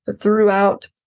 throughout